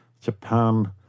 Japan